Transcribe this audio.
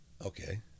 Okay